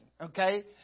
Okay